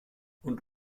und